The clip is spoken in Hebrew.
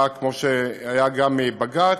היה גם בג"ץ,